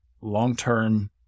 long-term